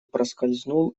проскользнул